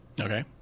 Okay